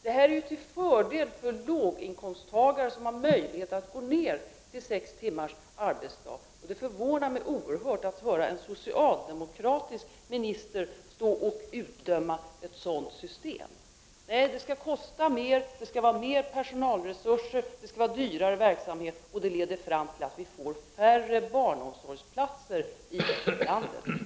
Detta är till fördel för låginkomsttagare, som därmed har möjlighet att gå ner till sex timmars arbetsdag. Det förvånar mig oerhört att man kan få höra en socialdemokratisk minister stå och döma ut ett sådant system. Nej, det skall kosta mer, det skall vara mer personalresurser, dyrare verksamhet. Detta leder fram till att vi får färre barnomsorgsplatser i landet.